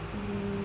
mm